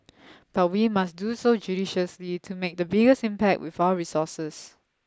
but we must do so judiciously to make the biggest impact with our resources